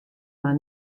mar